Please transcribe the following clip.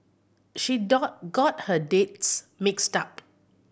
she got her dates mixed up